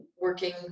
working